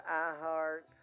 iHeart